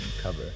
cover